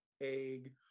egg